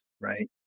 right